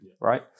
right